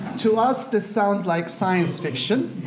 to us this sounds like science fiction,